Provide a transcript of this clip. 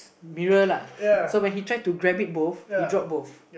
mirror lah so when he try to grab it both he drop both